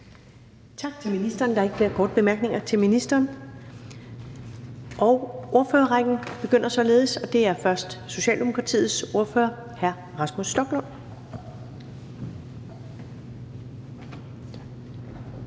Tak til ministeren. Der er ikke flere korte bemærkninger til ministeren. Således begynder ordførerrækken, og det er først Socialdemokratiets ordfører, hr. Rasmus Stoklund. Kl.